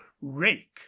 rake